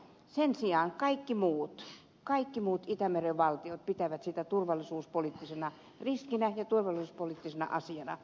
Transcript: sen sijaan kaikki muut itämeren valtiot pitävät sitä turvallisuuspoliittisena riskinä ja turvallisuuspoliittisena asiana